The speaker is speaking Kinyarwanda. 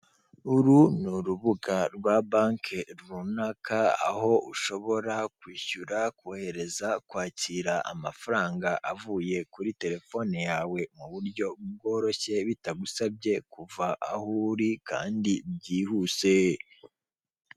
Uru ni urubuga rwa banki runaka aho ushobora kwishyura, kohereza, kwakira amafaranga avuye kuri telefone yawe mu buryo bworoshye bitagusabye kuva aho uri kandi byihuse.